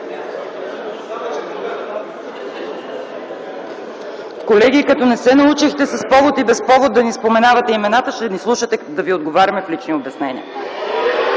Колеги, като не се научихте с повод и без повод да ни споменавате имената, ще ни слушате да ви отговаряме в лични обяснения.